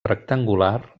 rectangular